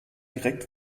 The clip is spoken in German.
direkt